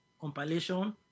compilation